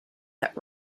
that